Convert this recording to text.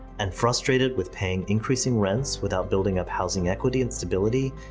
and frustrated with paying increasing rents without building up housing equity and stability,